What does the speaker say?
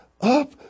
up